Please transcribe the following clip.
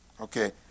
Okay